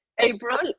April